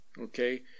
okay